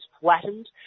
flattened